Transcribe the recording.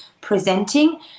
presenting